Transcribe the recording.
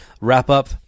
wrap-up